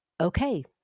okay